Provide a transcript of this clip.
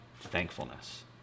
thankfulness